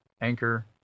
anchor